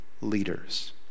leaders